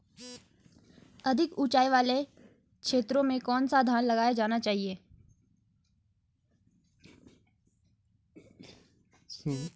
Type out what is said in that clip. अधिक उँचाई वाले क्षेत्रों में कौन सा धान लगाया जाना चाहिए?